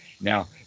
now